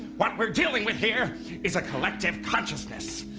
what we're dealing with here is a collective consciousness.